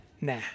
nah